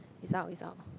it's out it's out